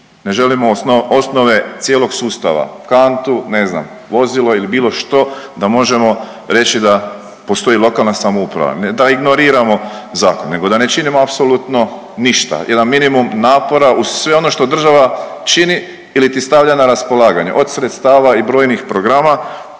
ne želimo osnove cijelog sustava, kantu, ne znam vozilo ili bilo što da možemo reći da postoji lokalna samouprava, ne da ignoriramo zakon, nego da ne činimo apsolutno ništa. Jedan minimum napor uz sve ono što država čini ili ti stavlja na raspolaganje. Od sredstava i brojnih programa